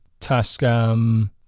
Tascam